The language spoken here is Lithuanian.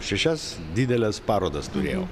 šešias dideles parodas turėjau